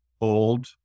old